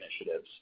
initiatives